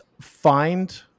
find